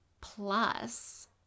Plus